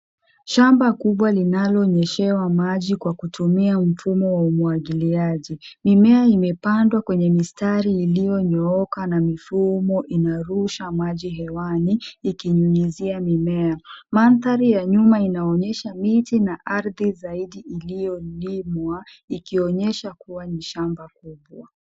Shamba kubwa linalo nyeshewa maji kwa kutumia mfumo wa unwagiliaji mimea imepandwa kwenye mistari iliyo nyooka na mifumo inarusha maji hewani ikinyunyizia mimea mandhari ya nyuma inaonyesha miti na ardhi zaidi ilio limwa ikionyesha kuwa ni shamba kubwa.